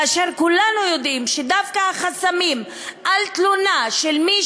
כאשר כולנו יודעים שדווקא החסמים על תלונה של מי